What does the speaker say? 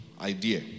idea